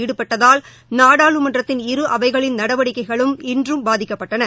ஈடுபட்டதால் நாடாளுமன்றத்தின் இரு அவைகளின் நடவடிக்கைகள் இன்றும் பாதிக்கப்பட்டன